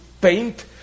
paint